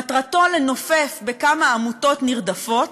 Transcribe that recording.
מטרתו לנופף בכמה עמותות נרדפות,